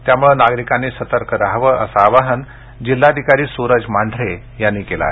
त्यामुळे नागरिकांनी सतर्कता बाळगावी असं आवाहन जिल्हाधिकारी सुरज मांढरे यांनी केले आहे